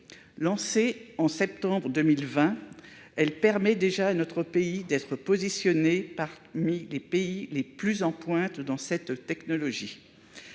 Lancée en septembre 2020, elle permet déjà à notre pays de se placer parmi les pays les plus en pointe dans cette technologie.